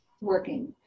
working